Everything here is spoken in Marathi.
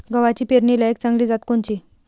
गव्हाची पेरनीलायक चांगली जात कोनची?